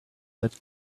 that